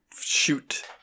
shoot